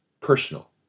personal